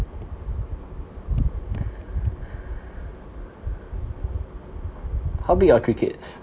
how big your crickets